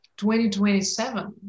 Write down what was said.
2027